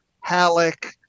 Halleck